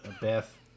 Beth